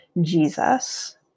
Jesus